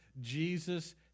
Jesus